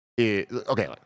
Okay